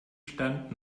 stand